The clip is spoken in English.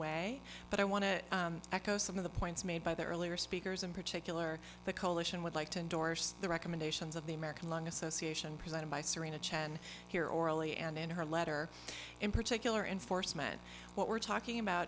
way but i want to echo some of the points made by the earlier speakers in particular the coalition would like to endorse the recommendations of the american lung association presented by serina chen here orally and in her letter in particular enforcement what we're talking about